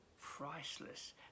priceless